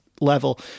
level